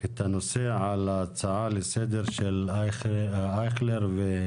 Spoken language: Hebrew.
את הנושא על ההצעה לסדר של אייכלר ויברקן.